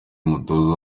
umutoza